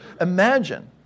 Imagine